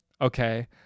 Okay